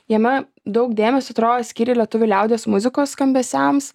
jame daug dėmesio atro skyri lietuvių liaudies muzikos skambesiams